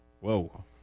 Whoa